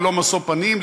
ללא משוא פנים,